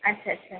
আচ্ছা আচ্ছা